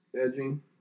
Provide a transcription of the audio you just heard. edging